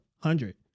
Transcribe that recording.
hundred